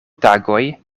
tagoj